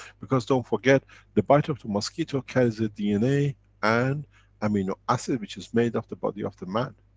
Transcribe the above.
because don't forget the bite of the mosquito carries ah dna and amino acid, which is made of the body of the man,